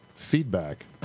Feedback